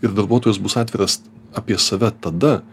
ir darbuotojas bus atviras apie save tada